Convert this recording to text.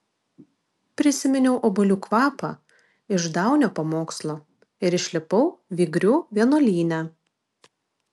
prisiminiau obuolių kvapą iš daunio pamokslo ir išlipau vygrių vienuolyne